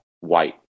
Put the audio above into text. white